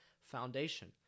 foundation